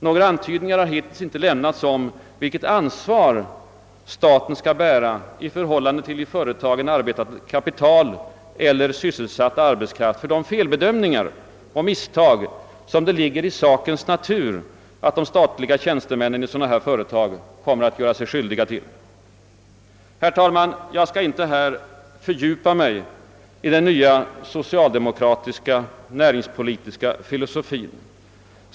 Några antydningar har hittills icke lämnats om vilket ansvar staten skall bära i förhållande till i företaget arbetande kapital och sysselsatt arbetskraft för de felbedömningar och misstag som det ligger i sakens natur att de statliga tjänstemännen i sådana här företag kommer att göra sig skyldiga till. Herr talman! Jag skall inte fördjupa mig i den nya socialdemokratiska näringspolitiska filosofin.